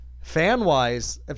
fan-wise